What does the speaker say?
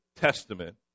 Testament